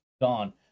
gone